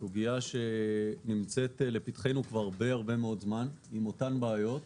שזו סוגיה שנמצאת לפתחנו כבר הרבה מאוד זמן עם אותן בעיות.